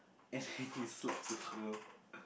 as in he slacks also